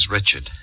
Richard